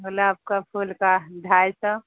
گلاب کا پھول کا ڈھائی سو